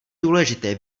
důležité